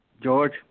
George